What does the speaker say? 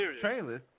trailers